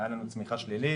שהייתה לנו בה צמיחה שלילית,